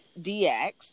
DX